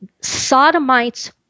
Sodomites